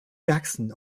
jackson